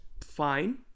fine